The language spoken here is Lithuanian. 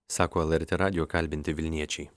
sako lrt radijo kalbinti vilniečiai